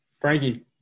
Frankie